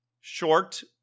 Short